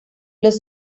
los